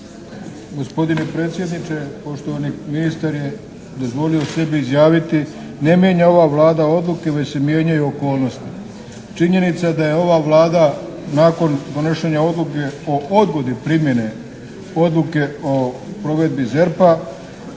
Gospodine predsjedniče, poštovani ministar je dozvolio sebi izjaviti ne mijenja ova Vlada odluke već se mijenjaju okolnosti. Činjenica je da je ova Vlada nakon donošenje odluke o odgodi primjene odluke o provedbi ZERP-a